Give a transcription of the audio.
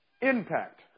impact